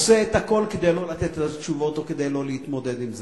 עושה את הכול כדי לא לתת את התשובות או כדי לא להתמודד עם זה.